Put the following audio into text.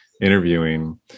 interviewing